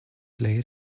plej